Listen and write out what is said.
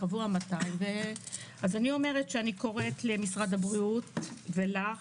אני קוראת למשרד הבריאות ולך